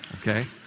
Okay